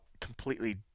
completely